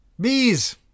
Bees